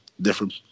different